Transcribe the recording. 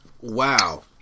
Wow